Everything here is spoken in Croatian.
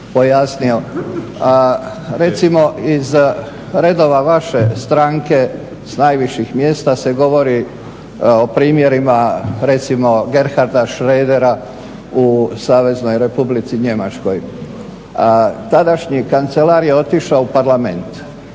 Recimo i za redova vaše stranke, s najviših mjesta se govori o primjerima recimo Gerharda, Shradera u saveznoj Republici Njemačkoj. Tadašnji kancelar je otišao u parlament